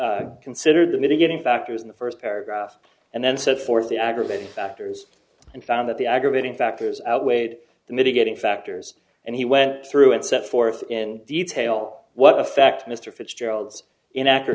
official considered the mitigating factors in the first paragraph and then set forth the aggravating factors and found that the aggravating factors outweighed the mitigating factors and he went through it set forth in detail what effect mr fitzgerald's inaccurate